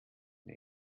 der